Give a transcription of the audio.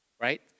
Right